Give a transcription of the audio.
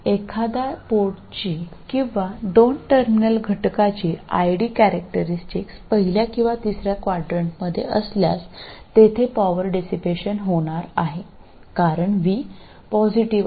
ഒരു പോർട്ടിന്റെയോ രണ്ട് ടെർമിനൽ എലമെന്റിന്റെയോ ID സ്വഭാവം ആദ്യത്തെയോ മൂന്നാമത്തെയോ ക്വാഡ്രന്റിലാണെങ്കിൽ അത് വിഘടിപ്പിക്കുന്ന വൈദ്യുതിയോർജ്ജം ആണ് കാരണം v സമയം പോസിറ്റീവ് ആണ്